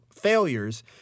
failures